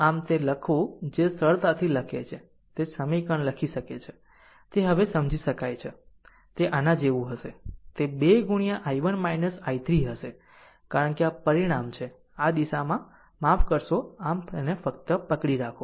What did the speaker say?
આમ તે લખવું જે સરળતાથી લખે છે તે સમીકરણ લખી શકે છે તે હવે સમજી શકાય છે તે આના જેવા હશે તે 2 i1 i3 હશે કારણ કે આ પરિણામ છે આ દિશામાં માફ કરશો આમ ફક્ત પકડી રાખો